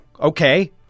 okay